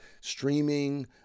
streaming